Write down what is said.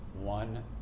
one